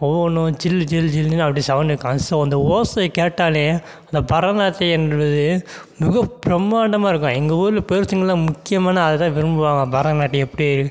ஒவ்வொன்னும் ஜில் ஜில் ஜில்னு அப்படி சவுண்டு சவுண்டு அந்த ஓசை கேட்டாலே அந்த பரதநாட்டியன்றது மிக பிரமாண்டமாக இருக்கும் எங்கள் ஊரில் பெருசுங்க எல்லாம் முக்கியமாக அது தான் விரும்புவாங்க பரதநாட்டியம் எப்படி